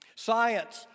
Science